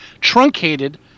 truncated